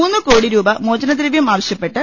മൂന്ന് കോടി രൂപ മോചനദ്രവൃം ആവശ്യ പ്പെട്ട്